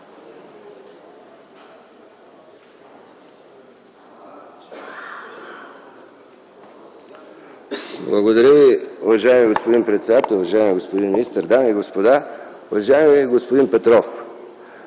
Благодаря. Уважаеми господин председател, уважаеми господин министър, дами и господа, уважаеми господин Петров!